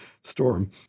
storm